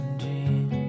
dream